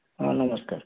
ହଁ ନମସ୍କାର